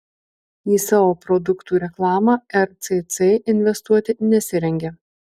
į savo produktų reklamą rcc investuoti nesirengia